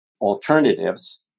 alternatives